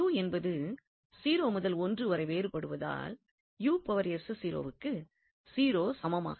என்பது 0 முதல் 1 வரை வேறுபடுவதால் க்கு 0 சமமாகாது